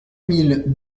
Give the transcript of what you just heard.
mille